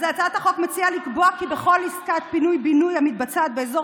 אז הצעת החוק מציעה לקבוע כי בכל עסקת פינוי-בינוי המתבצעת באזור